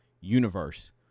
universe